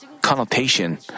connotation